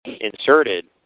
inserted